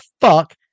fuck